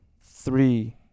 Three